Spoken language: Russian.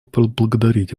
поблагодарить